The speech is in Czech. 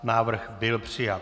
Návrh byl přijat.